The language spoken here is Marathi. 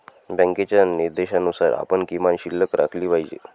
बँकेच्या निर्देशानुसार आपण किमान शिल्लक राखली पाहिजे